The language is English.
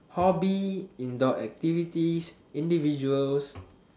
hobby indoor activities individual